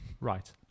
right